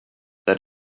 that